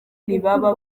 ntibaba